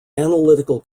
analytical